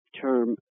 term